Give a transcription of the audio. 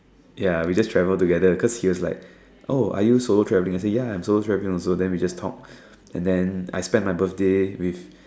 ya we just travel together cause he was like oh are you solo traveling I say ya I am solo traveling also then we just talked and then I spend my birthday with